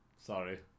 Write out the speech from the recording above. sorry